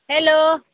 hello